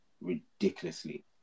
ridiculously